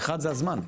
האחד, זה הזמן,